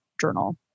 journal